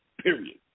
Period